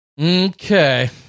Okay